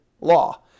law